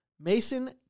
Mason